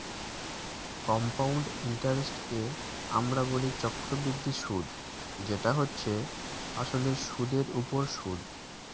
compound ইন্টারেস্টকে আমরা বলি চক্রবৃদ্ধি সুদ যেটা হচ্ছে আসলে সুদের উপর সুদ